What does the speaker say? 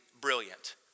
brilliant